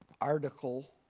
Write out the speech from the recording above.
article